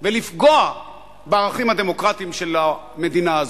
ולפגוע בערכים הדמוקרטיים של המדינה הזאת.